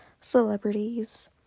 celebrities